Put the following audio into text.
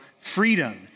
freedom